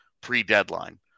pre-deadline